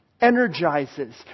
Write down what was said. energizes